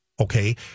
okay